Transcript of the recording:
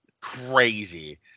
crazy